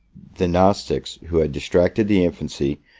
the gnostics, who had distracted the infancy,